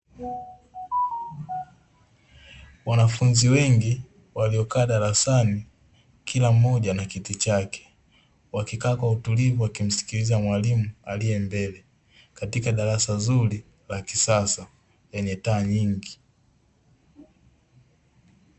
Wanafunzi wengi waliokaa darasani, kila mmoja na kiti chake, wakikaa kwa utulivu wakimsikiliza mwalimu aliyembele katika darasa zuri la kisasa lenye taa nyingi.